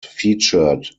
featured